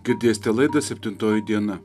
girdėste laidą septintoji diena